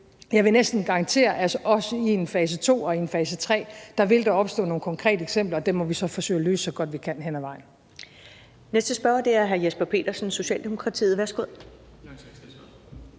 jeg vil næsten garantere, at der også i en fase to og i en fase tre vil opstå nogle konkrete eksempler, og dem må vi så forsøge at løse så godt vi kan hen ad vejen. Kl. 13:14 Første næstformand (Karen